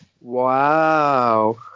Wow